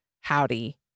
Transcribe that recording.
howdy